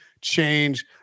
change